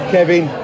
Kevin